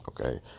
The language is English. Okay